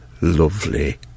Lovely